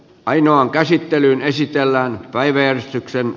painon käsittelyyn esitellään päiväjärjestykseen